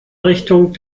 richtung